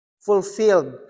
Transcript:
fulfilled